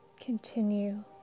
Continue